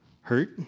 hurt